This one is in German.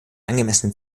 angemessene